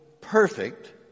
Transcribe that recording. perfect